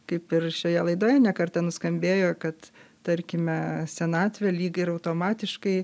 kaip ir šioje laidoje ne kartą nuskambėjo kad tarkime senatvė lyg ir automatiškai